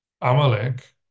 Amalek